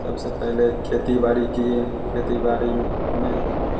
सबसे पहले खेती बाड़ी किए खेती बाड़ी में